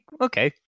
okay